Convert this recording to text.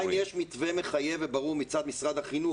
השאלה אם יש מתווה מחייב וברור מצד משרד החינוך,